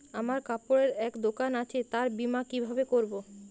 আমার কাপড়ের এক দোকান আছে তার বীমা কিভাবে করবো?